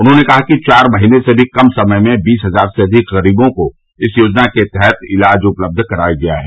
उन्होंने कहा कि चार महीने से भी कम समय में बीस हजार से अधिक गरीबों को इस योजना के तहत इलाज उपलब्ध कराया गया है